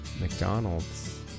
McDonald's